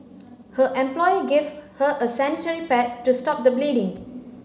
her employer gave her a sanitary pad to stop the bleeding